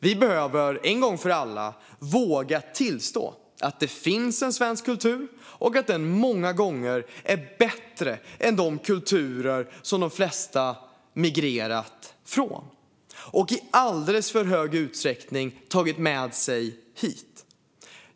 Vi behöver en gång för alla våga tillstå att det finns en svensk kultur och att den många gånger är bättre än de kulturer som de flesta migrerat från och i alldeles för stor utsträckning tagit med sig hit.